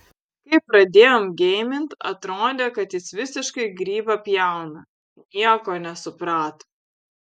kai pradėjom geimint atrodė kad jis visiškai grybą pjauna nieko nesuprato